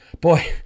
Boy